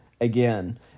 again